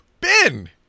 Ben